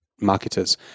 marketers